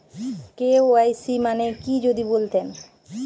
KYC মানে কি যদি বলতেন?